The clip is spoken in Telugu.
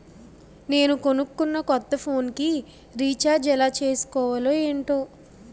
నేను కొనుకున్న కొత్త ఫోన్ కి రిచార్జ్ ఎలా చేసుకోవాలో ఏంటో